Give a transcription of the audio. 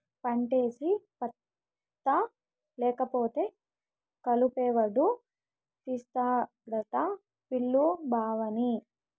పంటేసి పత్తా లేకపోతే కలుపెవడు తీస్తాడట పిలు బావని